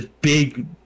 big